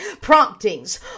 Promptings